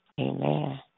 Amen